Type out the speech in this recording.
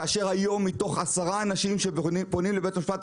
כאשר היום מתוך 10 אנשים שפונים לבית המשפט,